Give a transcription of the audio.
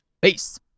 Peace